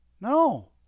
no